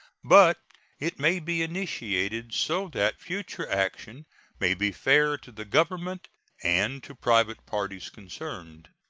but it may be initiated, so that future action may be fair to the government and to private parties concerned.